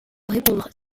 répondre